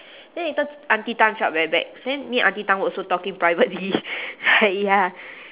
then later auntie tan felt very bad then me and auntie tan were also talking privately like ya